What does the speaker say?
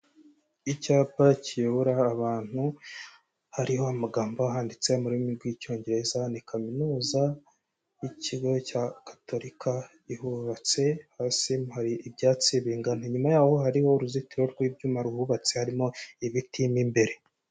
Icyapa kiyobora abantu hariho amagambo ahanditse mu ururimi rw'Icyongereza, ni Kaminuza y'Ikigo cya Katolika ihubatse, hasi hari ibyatsi bingana, inyuma yaho hariho uruzitiro rw'ibyuma ruhubatse harimo ibiti mo imbere.